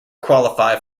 qualified